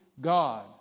God